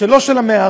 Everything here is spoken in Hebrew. לא של המערה,